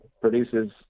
produces